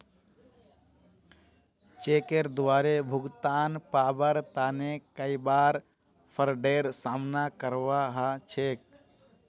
चेकेर द्वारे भुगतान पाबार तने कई बार फ्राडेर सामना करवा ह छेक